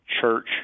church